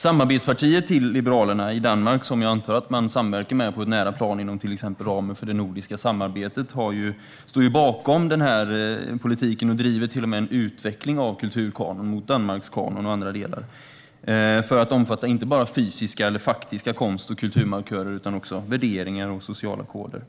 Samarbetspartiet till Liberalerna i Danmark - som jag antar att man samverkar med på nära plan inom till exempel ramen för det nordiska samarbetet - står bakom denna politik och driver till och med på för en utveckling av en kulturkanon, mot Danmarkskanon och andra delar, för att omfatta inte bara fysiska eller faktiska konst och kulturmarkörer utan också värderingar och sociala koder.